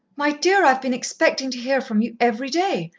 my dear i've been expecting to hear from you every day!